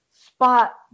spot